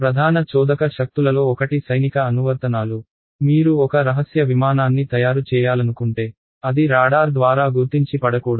ప్రధాన చోదక శక్తులలొ ఒకటి సైనిక అనువర్తనాలు మీరు ఒక రహస్య విమానాన్ని తయారు చేయాలనుకుంటే అది రాడార్ ద్వారా గుర్తించి పడకూడదు